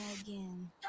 again